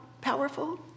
powerful